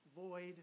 void